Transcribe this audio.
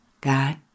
God